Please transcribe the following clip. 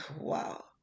wow